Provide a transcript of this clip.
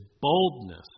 boldness